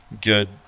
good